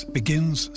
begins